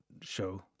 show